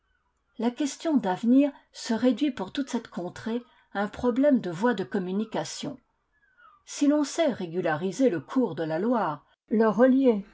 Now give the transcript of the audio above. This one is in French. la question d'avenir se réduit pour toute cette contrée à un problème de voies de communication si l'on sait régulariser le cours de la loire le relier